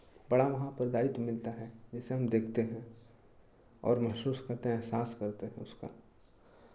बड़ा वहाँ पर दायित्व मिलता है जैसे हम देखते हैं और महसूस करते हैं एहसास करते हैं उसका